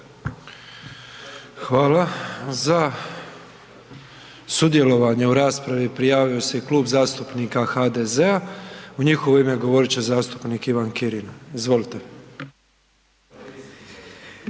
Hvala. Za sudjelovanje u raspravi prijavio se i Klub zastupnika HDZ-a u njihovo ime govorit će zastupnik Ivan Kirin. Izvolite.